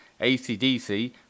ACDC